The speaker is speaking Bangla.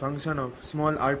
r r